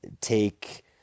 take